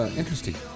interesting